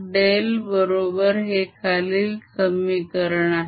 del बरोबर हे खालील समीकरण आहे